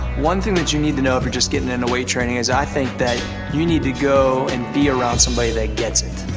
one thing that you need to know if you're just getting into weight training is i think that you need to go and be around somebody that gets it.